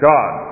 God